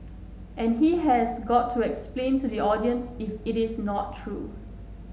and he has got to explain to the audiences if it is not true